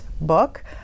book